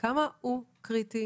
כמה הוא קריטי